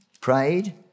prayed